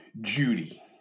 Judy